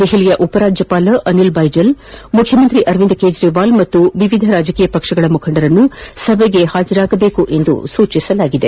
ದೆಹಲಿಯ ಉಪರಾಜ್ಯಪಾಲ ಅನಿಲ್ ಬೈಜಲ್ ಮುಖ್ಯಮಂತ್ರಿ ಅರವಿಂದ್ ಕೇಜ್ರಿವಾಲ್ ಹಾಗೂ ವಿವಿಧ ರಾಜಕೀಯ ಪಕ್ಷಗಳ ಮುಖಂಡರನ್ನು ಸಭೆಗೆ ಹಾಜರಾಗುವಂತೆ ಸೂಚಿಸಲಾಗಿದೆ